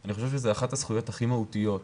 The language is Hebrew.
אני חושב שזו אחת הזכויות הכי מהותיות,